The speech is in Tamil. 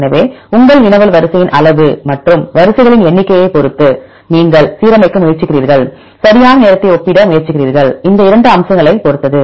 எனவே உங்கள் வினவல் வரிசையின் அளவு மற்றும் வரிசைகளின் எண்ணிக்கையைப் பொறுத்தது நீங்கள் சீரமைக்க முயற்சிக்கிறீர்கள் சரியான நேரத்தை ஒப்பிட முயற்சிக்கிறீர்கள் இந்த 2 அம்சங்களைப் பொறுத்தது